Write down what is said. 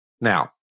Now